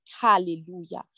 Hallelujah